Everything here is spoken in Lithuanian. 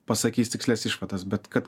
pasakys tikslias išvadas bet kad